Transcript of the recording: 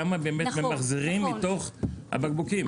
כמה ממחזרים מתוך הבקבוקים.